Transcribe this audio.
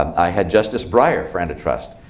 i had justice breyer for anti-trust.